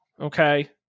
okay